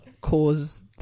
cause